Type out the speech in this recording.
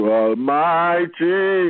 almighty